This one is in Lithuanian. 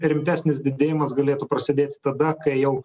rimtesnis didėjimas galėtų prasidėti tada kai jau